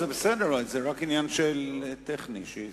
האשראי לצרכני האשראי,